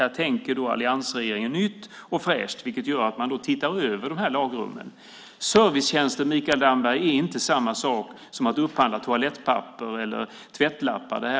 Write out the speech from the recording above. Här tänker alliansregeringen nytt och fräscht, vilket gör att man tittar över dessa lagrum. Servicetjänster är inte samma sak som att upphandla toalettpapper eller tvättlappar, Mikael Damberg.